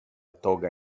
toga